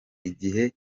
igihe